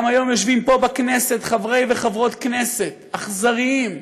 גם היום יושבים פה בכנסת חברי וחברות כנסת אכזריים,